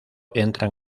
entran